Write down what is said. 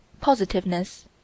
positiveness